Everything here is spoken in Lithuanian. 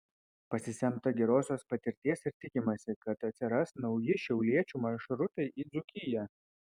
pasisemta gerosios patirties ir tikimasi kad atsiras nauji šiauliečių maršrutai į dzūkiją